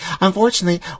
Unfortunately